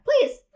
please